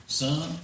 son